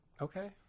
Okay